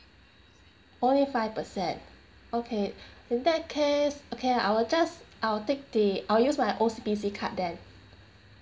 only five percent okay in that case okay I will just I will take the I will use my O_C_B_C card then